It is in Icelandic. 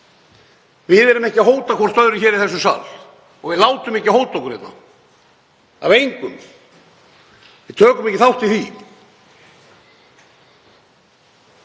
Við erum ekki að hóta hvert öðru hér í þessum sal og við látum ekki hóta okkur hér, engan. Við tökum ekki þátt í því.